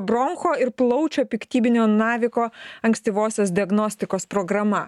broncho ir plaučio piktybinio naviko ankstyvosios diagnostikos programa